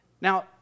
Now